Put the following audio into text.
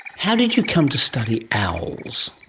how did you come to study owls?